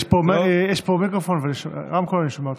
יש פה מיקרופון ויש פה רמקול, אני שומע אותך,